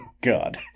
God